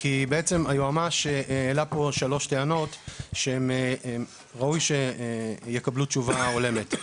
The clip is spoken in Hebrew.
כי בעצם היועץ המשפטי העלה פה שלוש טענות שראוי שיקבלו תשובה הולמת.